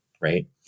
right